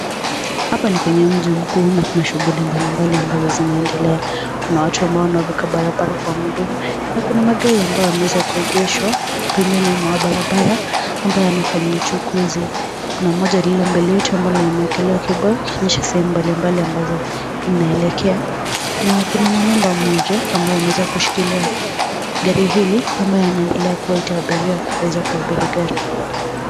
Hapa ni kwenye mji mkuu na kuna shughuli mbalimbali ambazo zinaendelea. Kuna watu ambao wanavuka barabara kwa mguu na kuna magari ambayo yameweza kuegeshwa pembeni mwa barabara ambayo yanafanya uchukuzi. Kuna moja lililombele yetu ambalo limewekelewa kibao ikonyesha sehemu mbalimbali ambazo inaelekea na kuna manamba mmoja ambaye ameweza kushilia gari hili ambaye anaendelea kuwaita abiria waeze kuabiri magari.